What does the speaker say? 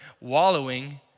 Wallowing